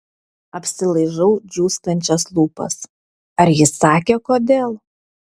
apsilaižau džiūstančias lūpas ar jis sakė kodėl